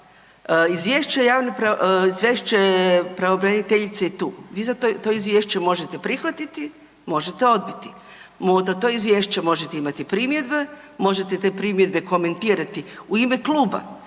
izvješće pravobraniteljice je tu, vi sad to izvješće možete prihvatiti, možete odbiti, na to izvješće možete imati primjedbe, možete te primjedbe komentirati u ime kluba,